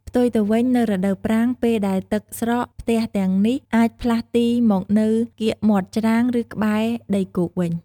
ផ្ទុយទៅវិញ នៅរដូវប្រាំង ពេលដែលទឹកស្រក ផ្ទះទាំងនេះអាចផ្លាស់ទីមកនៅកៀកមាត់ច្រាំង ឬក្បែរដីគោកវិញ។